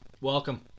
welcome